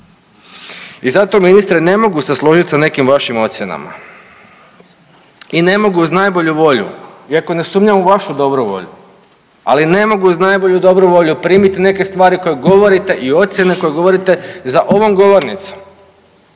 I zato, ministre, ne mogu se složiti sa nekim vašim ocjenama. I ne mogu, uz najbolju volju, iako ne sumnjam u vašu dobru volju, ali ne mogu, uz najbolju dobru volju primiti neke stvari koje govorite i ocjene koje govorite za ovom govornicom.